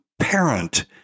Parent